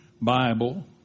Bible